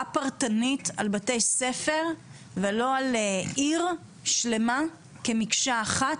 פרטנית על בתי ספר ולא עיר שלמה כמקשה אחת,